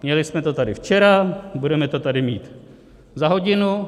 Měli jsme to tady včera, budeme to tady mít za hodinu.